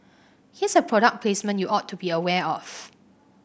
here's a product placement you ought to be aware of